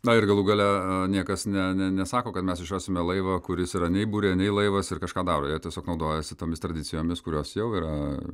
na ir galų gale niekas ne ne nesako kad mes išrasime laivą kuris yra nei burė nei laivas ir kažką daro jie tiesiog naudojasi tomis tradicijomis kurios jau yra